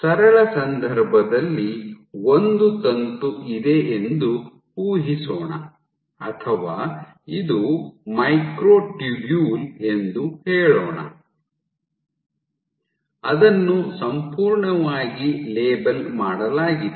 ಸರಳ ಸಂದರ್ಭದಲ್ಲಿ ಒಂದು ತಂತು ಇದೆ ಎಂದು ಊಹಿಸೋಣ ಅಥವಾ ಇದು ಮೈಕ್ರೊಟ್ಯೂಬ್ಯೂಲ್ ಎಂದು ಹೇಳೋಣ ಅದನ್ನು ಸಂಪೂರ್ಣವಾಗಿ ಲೇಬಲ್ ಮಾಡಲಾಗಿದೆ